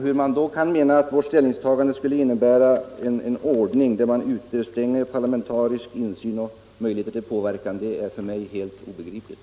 Hur man då kan mena att vårt ställningstagande skulle innebära en ordning där man utestänger politisk insyn och möjligheter till påverkan är för mig helt obegripligt.